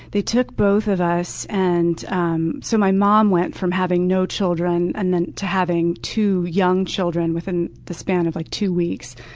they took both of us. and um so my mom went from having no children and to having two young children within the span of like two weeks.